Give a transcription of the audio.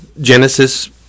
Genesis